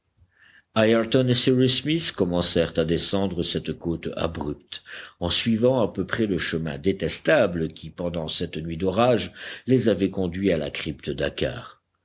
smith commencèrent à descendre cette côte abrupte en suivant à peu près le chemin détestable qui pendant cette nuit d'orage les avait conduits à la crypte dakkar